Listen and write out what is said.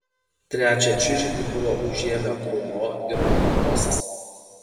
trečią čiužinį buvo užėmę bruno ir lotosas